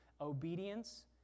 Obedience